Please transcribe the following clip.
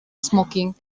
smoking